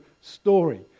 story